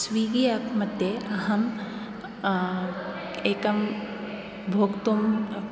Swiggy app मध्ये अहम् एकं भोक्तुं